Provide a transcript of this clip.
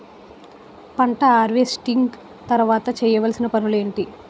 పంట హార్వెస్టింగ్ తర్వాత చేయవలసిన పనులు ఏంటి?